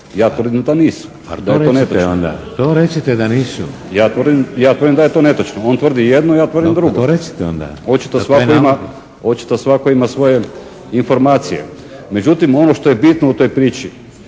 to recite da nisu. **Pecek, Željko (HSS)** Ja tvrdim da je to netočno. On tvrdi jedno, ja tvrdim drugo. Očito, svatko ima svoje informacije. Međutim, ono što je bitno u toj priči